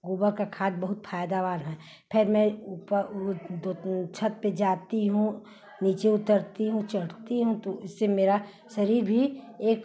गोबर का खाद बहुत फायदेमंद है फिर मैं ऊपर दो छत पर जाती हूँ नीचे उतरती हूँ चढ़ती हूँ तो उससे मेरा शरीर भी एक